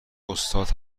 استاد